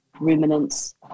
ruminants